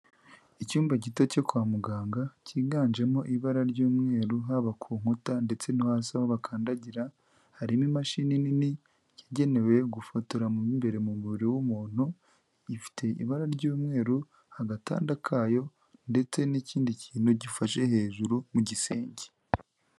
Icyumba gito cyo kwa muganga cyiganjemo ibara ry'umweru haba ku nkuta ndetse no hasi aho bakandagira, harimo imashini nini yagenewe gufotora mu mbere mu mubiri w'umuntu gifite ibara ry'umweru agatanda kayo ndetse n'ikindi kintu gifashe hejuru mu gisenge.